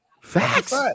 Facts